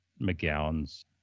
McGowan's